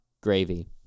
Gravy